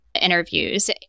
interviews